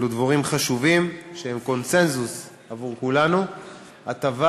אלה דברים חשובים שהם קונסנזוס עבור כולנו הטבה